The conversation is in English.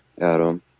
adam